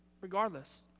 regardless